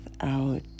out